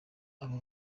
aba